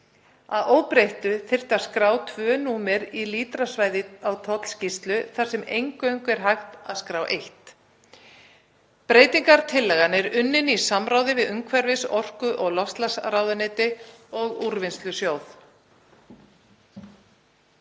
Að óbreyttu þyrfti að skrá tvö númer í lítrasvæði á tollskýrslu þar sem eingöngu er hægt að skrá eitt. Breytingartillagan er unnin í samráði við umhverfis-, orku- og loftslagsráðuneyti og Úrvinnslusjóð.